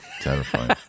terrifying